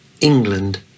England